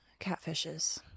catfishes